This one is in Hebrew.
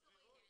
סבירות.